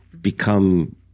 become